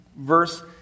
verse